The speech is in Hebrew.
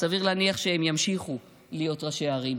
סביר להניח שימשיכו להיות ראשי ערים.